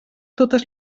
totes